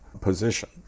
position